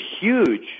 huge